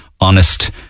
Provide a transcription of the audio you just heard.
honest